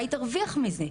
מה היא תרוויח מזה?